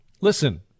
listen